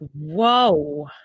Whoa